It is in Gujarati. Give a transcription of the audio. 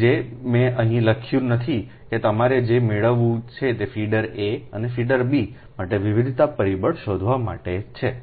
જે મેં અહીં લખ્યું નથી કે તમારે જે મેળવવું છે તે ફીડર A અને ફીડર B માટે વિવિધતા પરિબળ શોધવા માટે છે